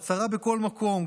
בהצהרה בכל מקום,